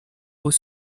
aux